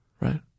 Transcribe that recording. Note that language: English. right